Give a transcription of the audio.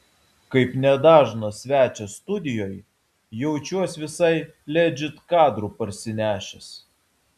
kaip nedažnas svečias studijoj jaučiuos visai ledžit kadrų parsinešęs